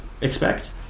expect